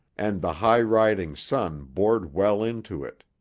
and the high-riding sun bored well into it.